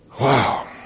Wow